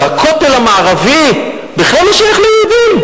שהכותל המערבי בכלל לא שייך ליהודים.